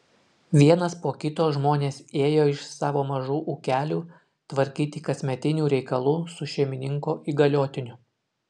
vienas po kito žmonės ėjo iš savo mažų ūkelių tvarkyti kasmetinių reikalų su šeimininko įgaliotiniu